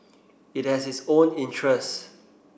it has its own interests